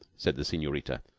said the senorita,